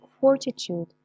fortitude